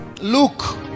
Luke